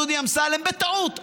דודי אמסלם: בטעות,